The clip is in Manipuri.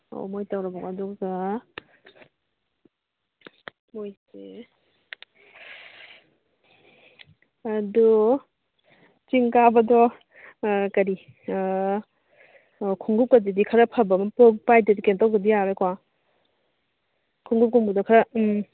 ꯑꯣ ꯃꯣꯏ ꯇꯧꯔꯝꯃꯣ ꯑꯗꯨꯒ ꯃꯣꯏꯁꯦ ꯑꯗꯨ ꯆꯤꯡ ꯀꯥꯕꯗꯣ ꯀꯔꯤ ꯈꯣꯡꯎꯞꯀꯁꯤꯗꯤ ꯈꯔ ꯐꯕ ꯑꯃ ꯄꯥꯏꯗꯗꯤ ꯀꯩꯅꯣ ꯇꯧꯗ꯭ꯔꯗꯤ ꯌꯥꯔꯔꯣꯏꯀꯣ ꯈꯣꯡꯎꯞꯀꯨꯝꯕꯗꯣ ꯈꯔ ꯎꯝ